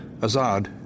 Azad